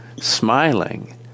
Smiling